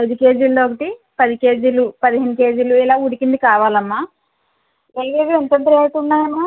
ఐదు కేజీలది ఒకటి పది కేజీలు పదిహేను కేజీలు ఇలా ఉడికింది కావాలమ్మా ఇవన్నీ ఎంతెంత రేటు ఉన్నాయమ్మా